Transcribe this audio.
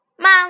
Mom